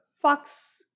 Fox